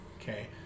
okay